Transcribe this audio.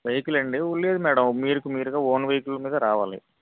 vehicle ఆ అండి లేదు మ్యాడం మీరు మీరుగా ఓన్ వెహికిల్ మీద రావాలి